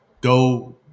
go